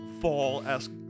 fall-esque